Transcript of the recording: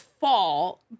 fall